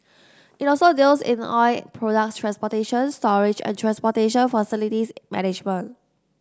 it also deals in oil products transportation storage and transportation facilities management